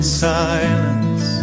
silence